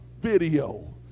video